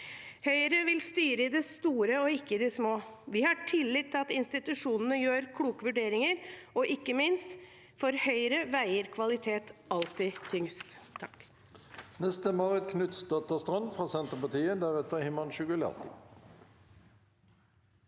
Høyre vil styre i det store og ikke i det små. Vi har tillit til at institusjonene gjør kloke vurderinger, og – ikke minst – for Høyre veier kvalitet alltid tyngst.